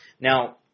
Now